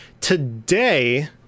Today